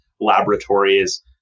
laboratories